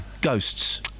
Ghosts